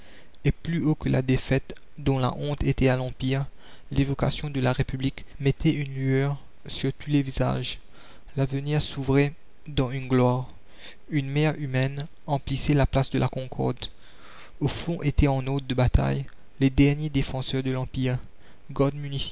et plus haut que la défaite dont la honte était à l'empire l'évocation de la république mettait une lueur sur tous les visages l'avenir s'ouvrait dans une gloire la commune une mer humaine emplissait la place de la concorde au fond étaient en ordre de bataille les derniers défenseurs de